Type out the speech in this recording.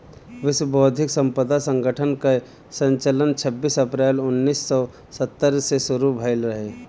विश्व बौद्धिक संपदा संगठन कअ संचालन छबीस अप्रैल उन्नीस सौ सत्तर से शुरू भयल रहे